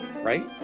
right